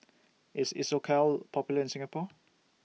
IS Isocal Popular in Singapore